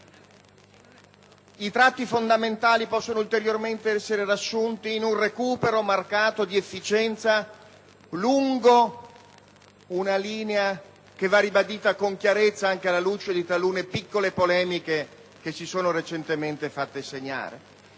I tratti fondamentali possono ulteriormente essere riassunti in un recupero marcato di efficienza lungo una linea che va ribadita con chiarezza anche alla luce di talune piccole polemiche che si sono recentemente fatte segnare.